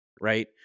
right